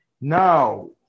Now